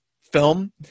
film